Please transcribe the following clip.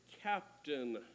captain